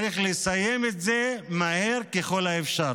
צריך לסיים את זה מהר ככל האפשר.